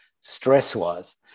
stress-wise